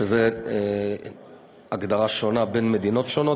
שזו הגדרה שונה במדינות שונות,